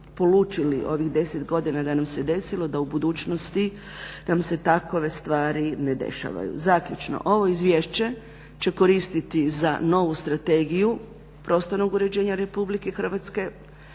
polučili ovih 10 godina da nam se desilo, da u budućnosti nam se takve stvari ne dešavaju. Zaključno, ovo izvješće će koristiti za novu Strategiju prostornog uređenja Republike Hrvatske